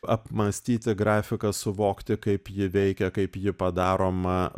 apmąstyti grafiką suvokti kaip ji veikia kaip ji padaroma